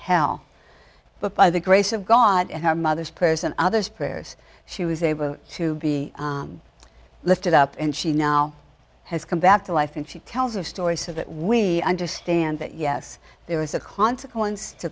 hell but by the grace of god and her mother's person others prayers she was able to be lifted up and she now has come back to life and she tells a story so that we understand that yes there is a consequence to